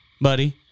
buddy